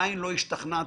תחרות.